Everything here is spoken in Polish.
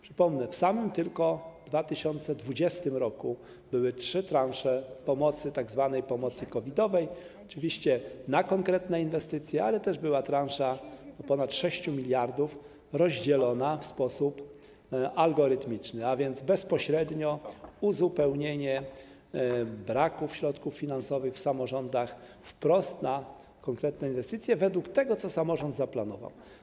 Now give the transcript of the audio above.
Przypomnę, w samym tylko 2020 r. były trzy transze tzw. pomocy COVID-owej, oczywiście na konkretne inwestycje, ale też była transza ponad 6 mld zł rozdzielona w sposób algorytmiczny, a więc bezpośrednio uzupełnienie braków środków finansowych w samorządach wprost na konkretne inwestycje według tego, co samorząd zaplanował.